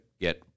get